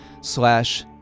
slash